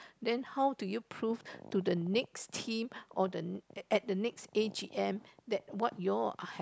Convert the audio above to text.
then how do you prove to the next team or the at the next a_g_m that what you all are have